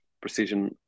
Precision